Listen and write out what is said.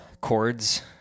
Chords